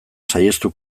saihestu